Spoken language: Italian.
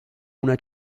una